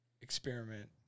experiment